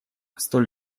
столь